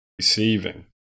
receiving